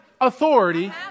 authority